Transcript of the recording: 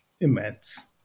immense